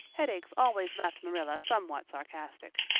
headaches always left marilla somewhat sarcastic.